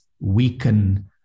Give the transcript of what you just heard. weaken